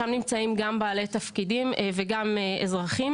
שם נמצאים גם בעלי תפקידים וגם אזרחים